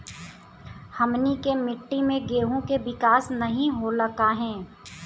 हमनी के मिट्टी में गेहूँ के विकास नहीं होला काहे?